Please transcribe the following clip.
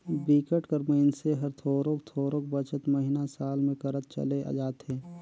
बिकट कर मइनसे हर थोरोक थोरोक बचत महिना, साल में करत चले जाथे